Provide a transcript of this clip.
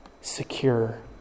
secure